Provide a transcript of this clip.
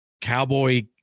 cowboy